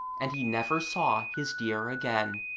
and he never saw his dear again.